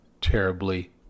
terribly